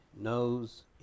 knows